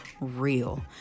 real